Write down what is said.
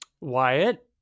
Wyatt